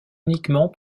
uniquement